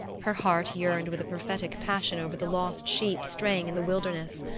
her heart yearned with a prophetic passion over the lost sheep straying in the wilderness.